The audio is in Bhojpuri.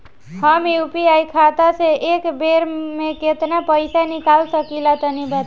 हम यू.पी.आई खाता से एक बेर म केतना पइसा निकाल सकिला तनि बतावा?